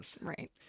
Right